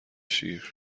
شیر